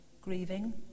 grieving